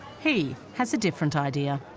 he has a different idea